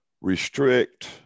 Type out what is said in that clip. restrict